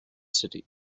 city